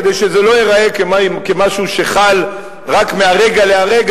כדי שזה לא ייראה כמשהו שחל רק מהרגע להרגע